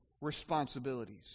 responsibilities